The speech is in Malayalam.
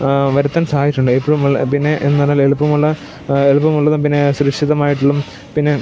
വരുത്താൻ സാധിച്ചിട്ടുണ്ട് എപ്പോഴും പിന്നെ എന്ന് പറഞ്ഞാൽ എളുപ്പമുള്ള എളുപ്പമുള്ളതും പിന്നെ സുരക്ഷിതമായിട്ടുള്ളതും പിന്നെ